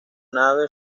nave